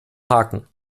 haken